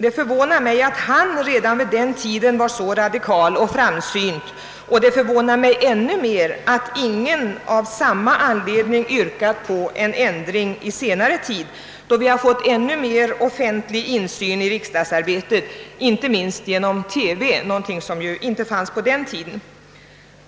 Det förvånar mig att han redan vid den tiden var så radikal och framsynt, och det förvånar mig ännu mer att ingen under senare tid har yrkat en ändring. Vi har nu fått ännu större offentlig insyn i riksdagsarbetet, inte minst genom TV som inte fanns på den tiden.